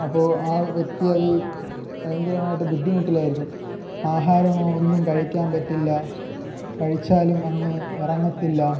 അപ്പോൾ ആ വ്യക്തിയെ അത് ഭയങ്കരമായിട്ട് ബുദ്ധിമുട്ടിലായിരിക്കും ആഹാരമോ ഒന്നും കഴിക്കാൻ പറ്റില്ല കഴിച്ചാലും അങ്ങ് ഇറങ്ങത്തില്ല